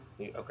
Okay